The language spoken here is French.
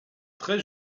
très